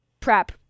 prep